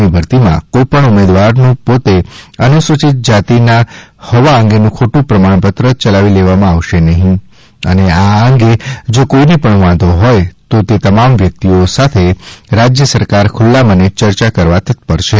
ની ભરતીમાં એકપણ ઉમેદવારનું પોતે અનુસુચિત જાતિના હોવા અંગેનું ખોટું પ્રમાણપત્ર યલાવી લેવામાં આવશે નહી અને આ અંગે જો કોઇને પણ વાંધો હોય તો તે તમામ વ્યકિતઓ સાથે રાજય સરકાર ખુલ્લા મને યર્યા કરવા તત્પર છે